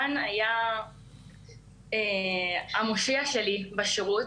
דן היה המושיע שלי בשירות.